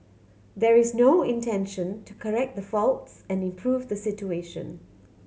there is no intention to correct the faults and improve the situation